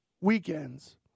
weekends